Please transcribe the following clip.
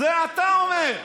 זה אתה אומר.